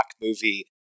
movie